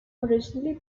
originally